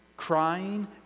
crying